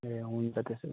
ए हुन्छ त्यसो भए